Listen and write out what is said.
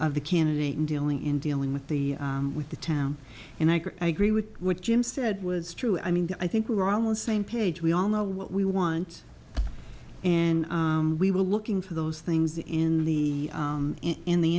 of the candidate and dealing in dealing with the with the town and i agree with what jim said was true i mean i think we were almost same page we all know what we want and we were looking for those things in the in the